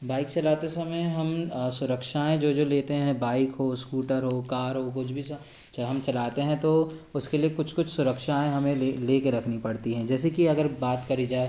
bike चलाते समय हम सुरक्षाएं जो जो लेते हैं बाइक हो ईस्कूटर हो कार हो कुछ भी हम चलाते हैं तो उसके लिए कुछ कुछ सुरक्षाएं हमें ले लेके रखनी पड़ती हैं जैसे की अगर बात करी जाय